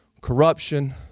corruption